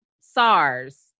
SARS